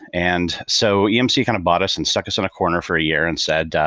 and so yeah emc kind of bought us and set us on a corner for a year and said,